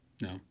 No